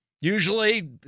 Usually